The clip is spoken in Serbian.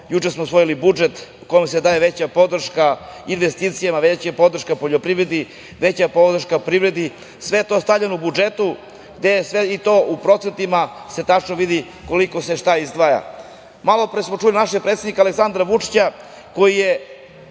juče smo usvojili budžet u kojem se daje veća podrška investicijama, veća podrška poljoprivredi, veća podrška privredi. Sve je to stavljeno u budžet i to u procentima se tačno vidi koliko se šta izdvaja. Malo pre smo čuli našeg predsednika, Aleksandra Vučića, koji je